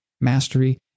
mastery